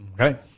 Okay